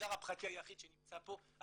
המגזר הפרטי היחיד שנמצא פה,